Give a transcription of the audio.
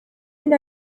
and